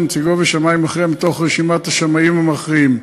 נציגו ושמאי מכריע מתוך רשימת השמאים המכריעים.